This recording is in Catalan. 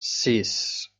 sis